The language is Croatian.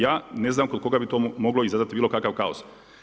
Ja ne znam, kod koga bi to moglo izazvati bilokakav kaos.